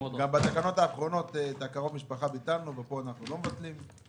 בתקנות האחרונות את קרוב המשפחה ביטלנו ופה אנחנו לא מבטלים.